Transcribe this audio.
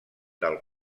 del